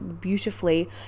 beautifully